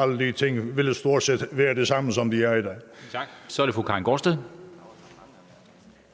alle de ting stort set ville være det samme, som de er i dag.